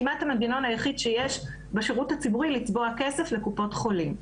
וכמעט המנגנון היחיד שיש בשירות הציבורי לצבוע כסף לקופות חולים.